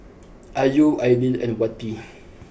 Ayu Aidil and Wati